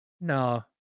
no